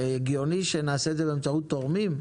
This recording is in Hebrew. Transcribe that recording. הגיוני שנעשה את זה באמצעות תורמים?